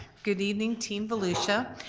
good evening team volusia,